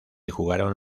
jugaron